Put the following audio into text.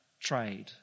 trade